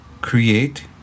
create